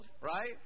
right